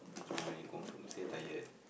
ah you confirm say tired